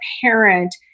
parent